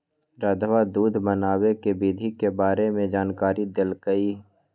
रधवा दूध बनावे के विधि के बारे में जानकारी देलकई